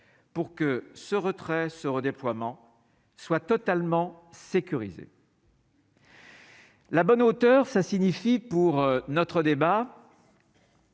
pour que ce retrait ce redéploiement soit totalement sécurisé. La bonne hauteur, ça signifie pour notre débat.